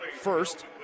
first